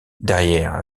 derrière